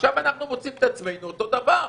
עכשיו אנחנו מוצאים את עצמנו אותו דבר.